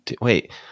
wait